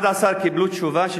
11 קיבלו תשובה,